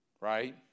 Right